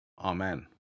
Amen